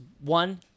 one